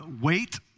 wait